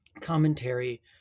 commentary